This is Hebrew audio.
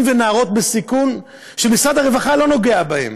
ונערות בסיכון שמשרד הרווחה לא נוגע בהם.